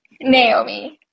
Naomi